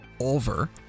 over